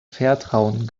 vertrauen